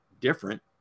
different